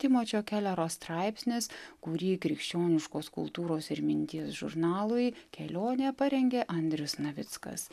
timočo kelero straipsnis kurį krikščioniškos kultūros ir mintys žurnalui kelionė parengė andrius navickas